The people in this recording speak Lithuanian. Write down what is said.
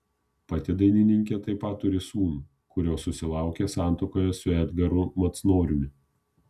pati dainininkė taip pat turi sūnų kurio susilaukė santuokoje su edgaru macnoriumi